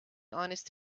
honest